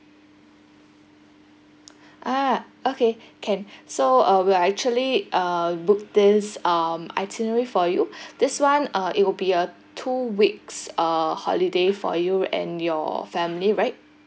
ah okay can so uh we'll actually uh book this um itinerary for you this one uh it will be a two weeks uh holiday for you and your family right